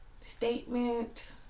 Statement